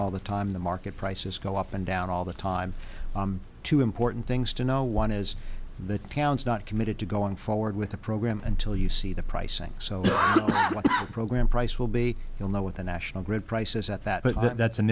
all the time the market prices go up and down all the time two important things to know one is that counts not committed to going forward with the program until you see the pricing so the program price will be you'll know what the national grid prices at that but that's